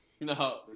no